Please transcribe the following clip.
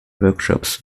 workshops